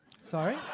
Sorry